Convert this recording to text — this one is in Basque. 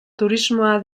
turismoa